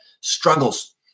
struggles